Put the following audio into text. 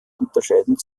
unterscheiden